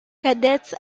cadets